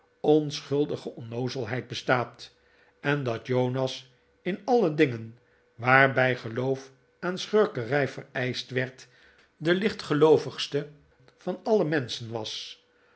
onschuldige onnoozelheid bestaat en dat jonas in alle dingen waarbij geloof aan schurkerij vereischt werd de lichtgeloovigste van alle menschen was